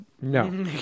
No